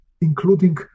including